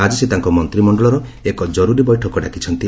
ଆକି ସେ ତାଙ୍କ ମନ୍ତ୍ରିମଣ୍ଡଳର ଏକ ଜରୁରୀ ବୈଠକ ଡାକିଛନ୍ତି